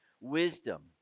wisdom